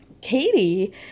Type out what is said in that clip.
Katie